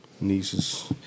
Nieces